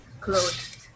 closed